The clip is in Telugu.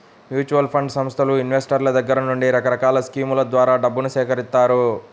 మ్యూచువల్ ఫండ్ సంస్థలు ఇన్వెస్టర్ల దగ్గర నుండి రకరకాల స్కీముల ద్వారా డబ్బును సేకరిత్తాయి